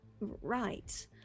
Right